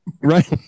Right